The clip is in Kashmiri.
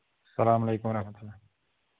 سَلام علیکُم ورحمت اللہ